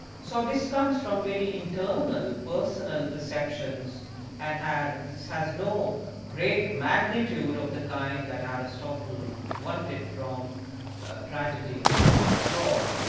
so this comes from very internal personal perceptions and had this has no great magnitude of the kind that aristotle wanted from tragedy at all.